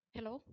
Hello